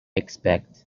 expect